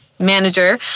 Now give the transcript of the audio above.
manager